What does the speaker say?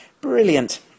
Brilliant